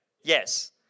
Yes